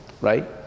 right